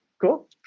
cool